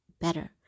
better